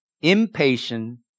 impatient